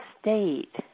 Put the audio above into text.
state